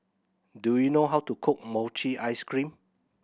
do you know how to cook mochi ice cream